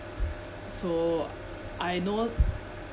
so I know